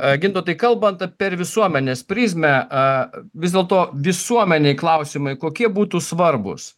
a gintautai kalbant per visuomenės prizmę a vis dėlto visuomenei klausimai kokie būtų svarbūs